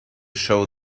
show